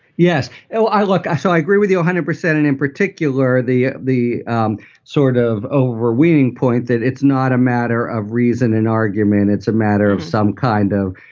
yes well, i look, i so i agree with you one hundred percent. and in particular, the the um sort of overweening point that it's not a matter of reason and argument it's a matter of some kind of,